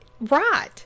Right